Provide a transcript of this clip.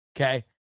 okay